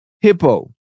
hippo